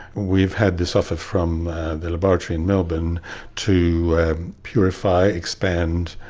we've had this offer from the laboratory in melbourne to purify, expand,